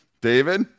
David